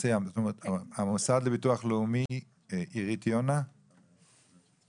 המוסד לביטוח לאומי, אירית יונה נמצאת?